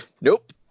Nope